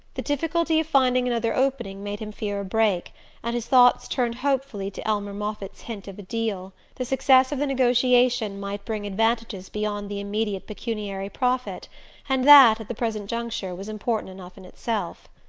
the difficulty of finding another opening made him fear a break and his thoughts turned hopefully to elmer moffatt's hint of a deal. the success of the negotiation might bring advantages beyond the immediate pecuniary profit and that, at the present juncture, was important enough in itself.